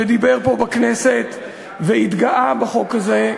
שדיבר פה בכנסת והתגאה בחוק הזה,